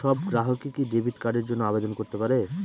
সব গ্রাহকই কি ডেবিট কার্ডের জন্য আবেদন করতে পারে?